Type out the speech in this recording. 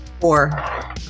Four